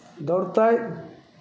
दौड़तै